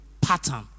pattern